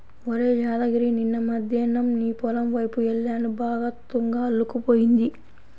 ఒరేయ్ యాదగిరి నిన్న మద్దేన్నం నీ పొలం వైపు యెల్లాను బాగా తుంగ అల్లుకుపోయింది